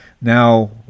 now